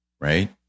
Right